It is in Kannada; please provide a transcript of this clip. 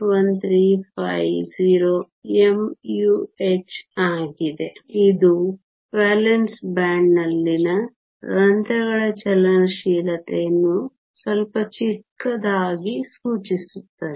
1350 mu h ಆಗಿದೆ ಇದು ವೇಲೆನ್ಸ್ ಬ್ಯಾಂಡ್ನಲ್ಲಿನ ರಂಧ್ರಗಳ ಚಲನಶೀಲತೆಯನ್ನು ಸ್ವಲ್ಪ ಚಿಕ್ಕದಾಗಿ ಸೂಚಿಸುತ್ತದೆ